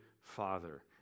Father